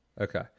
Okay